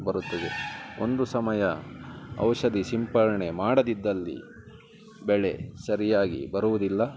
ಬರುತ್ತದೆ ಒಂದು ಸಮಯ ಔಷಧಿ ಸಿಂಪಡಣೆ ಮಾಡದಿದ್ದಲ್ಲಿ ಬೆಳೆ ಸರಿಯಾಗಿ ಬರುವುದಿಲ್ಲ